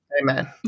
Amen